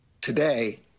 Today